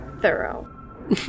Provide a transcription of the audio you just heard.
thorough